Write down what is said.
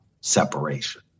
separation